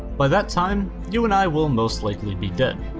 by that time you and i will most likely be dead,